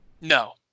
No